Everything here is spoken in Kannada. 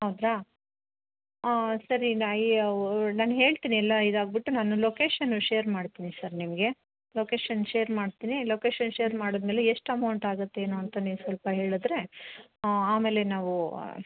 ಹೌದ್ರಾ ಹಾಂ ಸರಿ ನಾನು ಹೇಳ್ತೀನಿ ಎಲ್ಲ ಇದು ಆಗಿಬಿಟ್ಟು ನಾನು ಲೊಕೇಶನ್ನು ಶೇರ್ ಮಾಡ್ತೀನಿ ಸರ್ ನಿಮಗೆ ಲೊಕೇಶನ್ ಶೇರ್ ಮಾಡ್ತೀನಿ ಲೊಕೇಶನ್ ಶೇರ್ ಮಾಡಿದ್ಮೇಲೆ ಎಷ್ಟು ಅಮೌಂಟ್ ಆಗತ್ತೆ ಏನು ಅಂತ ನೀವು ಸ್ವಲ್ಪ ಹೇಳಿದ್ರೆ ಹ ಆಮೇಲೆ ನಾವು